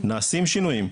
נעשים שינויים,